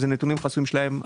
זה נתונים חסויים שלהם.